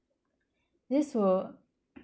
this would